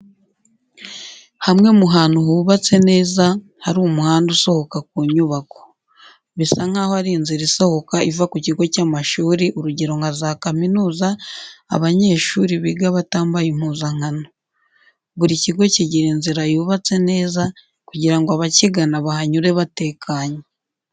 Hamwe mu hantu hubatse neza hari umuhanda usohoka ku nyubako. Bisa nkaho ari inzira isohoka iva ku kigo cy'amashuri urugero nka za kaminuza abanyeshuri biga batambaye impuzankano. Buri kigo kigira inzira yubatse neza kugira ngo abakigana bahanyure batekanye.